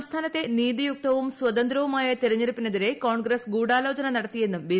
സംസ്ഥാനത്തെ നീതി യുക്തവും ് സ്പൂതന്ത്രവുമായ തെരഞ്ഞെടുപ്പിനെതിരെ കോൺഗ്ഗസ് ഗുഢാലോചന നടത്തിയെന്നും ബി